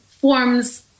forms